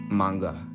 manga